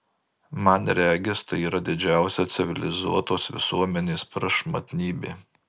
man regis tai yra didžiausia civilizuotos visuomenės prašmatnybė